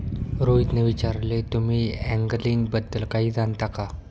रोहितने विचारले, तुम्ही अँगलिंग बद्दल काही जाणता का?